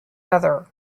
other